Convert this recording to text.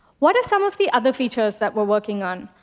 what are some of the other features that we're working on?